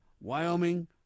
Wyoming